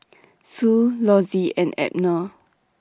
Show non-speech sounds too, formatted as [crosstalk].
[noise] Sue Lossie and Abner